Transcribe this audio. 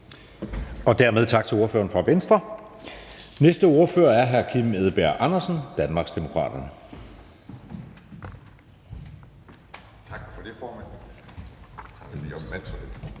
siger vi tak til ordføreren for Venstre. Næste ordfører er hr. Kim Edberg Andersen, Danmarksdemokraterne. Kl. 12:22 (Ordfører)